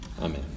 amen